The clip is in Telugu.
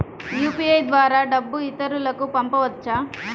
యూ.పీ.ఐ ద్వారా డబ్బు ఇతరులకు పంపవచ్చ?